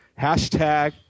hashtag